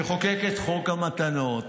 שחוקק את חוק המתנות,